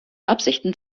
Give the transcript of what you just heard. absichten